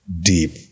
deep